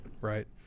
right